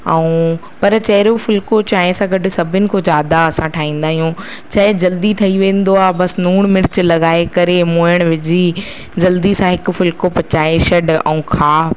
ऐं पर चेरो फ़ुलको चांहि सां सभु गॾ सभिनि खां जादा असां ठाहींदा आहियूं छा आहे जल्दी ठही वेंदो आहे बसि लूण मिर्च लॻाए करे मोइण विझी जल्दी सां हिक फ़ुलको पचाए छॾ ऐं खा